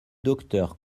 docteur